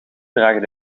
dragen